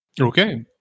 Okay